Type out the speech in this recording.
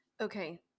Okay